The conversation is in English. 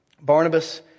Barnabas